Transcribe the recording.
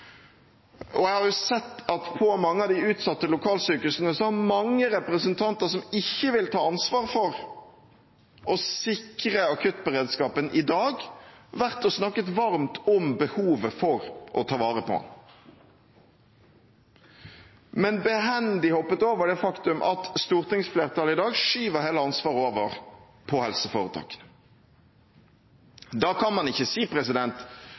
i. Jeg har jo sett at mange representanter som ikke vil ta ansvar for å sikre akuttberedskapen i dag, har vært på mange av de utsatte lokalsykehusene og snakket varmt om behovet for å ta vare på dem, men behendig hoppet over det faktum at stortingsflertallet i dag skyver hele ansvaret over på helseforetakene. Da kan man ikke si